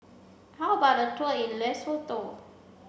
how about a tour in Lesotho